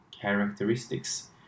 characteristics